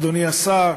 אדוני השר,